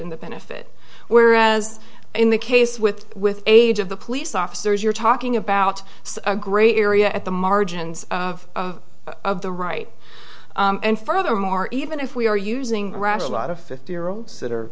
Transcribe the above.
in the benefit whereas in the case with with age of the police officers you're talking about a gray area at the margins of of the right and furthermore even if we are using rather a lot of fifty year olds that are